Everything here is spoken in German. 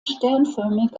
sternförmig